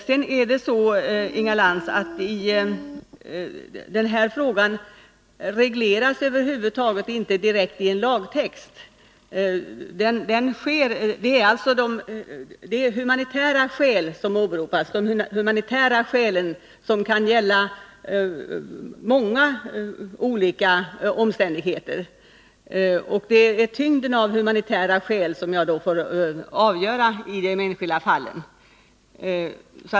Sedan är det så, Inga Lantz, att denna fråga över huvud taget inte regleras direkt i en lagtext. Det är humanitära skäl som åberopas, och de kan grunda sig på många olika omständigheter. Det är tyngden av humänitära skäl som får avgöra i de enskilda fallen.